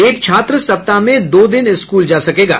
एक छात्र सप्ताह में दो दिन स्कूल जा सकेंगे